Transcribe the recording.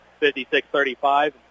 56-35